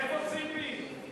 איפה ציפי?